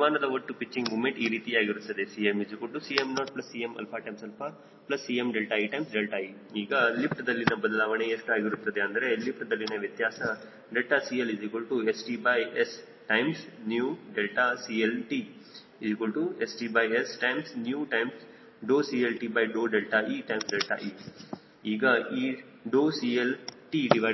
ವಿಮಾನದ ಒಟ್ಟು pitching moment ಈ ರೀತಿಯಾಗಿರುತ್ತದೆ CmCm0CmCmee ಈಗ ಲಿಫ್ಟ್ದಲ್ಲಿನ ಬದಲಾವಣೆ ಎಷ್ಟು ಆಗಿರುತ್ತದೆ ಅಂದರೆ ಲಿಫ್ಟ್ದಲ್ಲಿನ ವ್ಯತ್ಯಾಸ CLStSCLtStSCLtee ಈಗ ಈ CLte